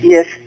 Yes